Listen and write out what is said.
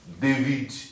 David